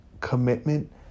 commitment